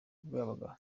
bwabaga